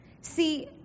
See